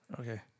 Okay